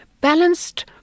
balanced